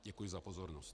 Děkuji za pozornost.